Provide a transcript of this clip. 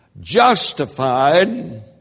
justified